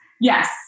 Yes